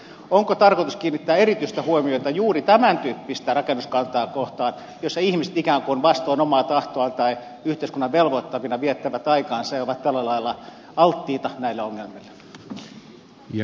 onko tarkoitus kiinnittää erityistä huomiota juuri tämäntyyppistä rakennuskantaa kohtaan rakennuksiin joissa ihmiset ikään kuin vastoin omaa tahtoaan tai yhteiskunnan velvoittamina viettävät aikaansa ja ovat tällä lailla alttiita näille ongelmille